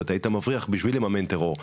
זאת אומרת שהיית מבריח בשביל לממן טרור.